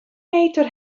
meter